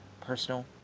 personal